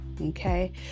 okay